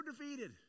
defeated